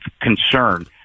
concern